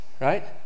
right